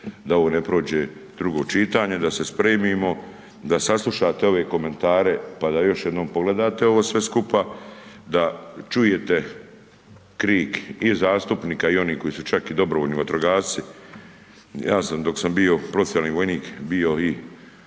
da ovo ne prođe drugo čitanje, da se spremimo, da saslušate ove komentare pa da još jednom pogledate ovo sve skupa, da čujete krik i zastupnika i onih koji su čak i dobrovoljni vatrogasci. Ja sam dok sam bio profesionalni vojnik bio i